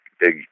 big